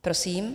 Prosím.